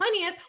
20th